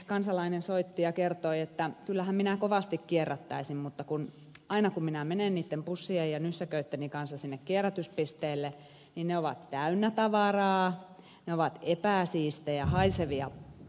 kansalainen soitti ja kertoi että kyllähän minä kovasti kierrättäisin mutta aina kun minä menen niitten pussieni ja nyssäköitteni kanssa sinne kierrätyspisteelle niin ne ovat täynnä tavaraa ne ovat epäsiistejä haisevia paikkoja